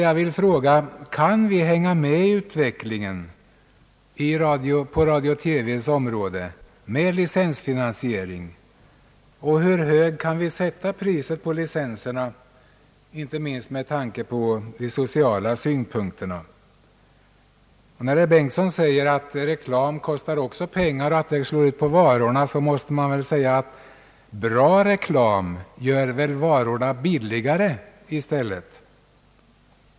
Jag vill fråga: Kan vi följa med i utvecklingen på radions och televisionens område med licensfinansiering, och hur högt kan vi sätta priset på licenserna, inte minst med tanke på de sociala synpunkterna? När herr Bengtson säger att reklam också kostar pengar, som slås ut på varorna, måste man konstatera att bra reklam gör väl i stället varorna billigare.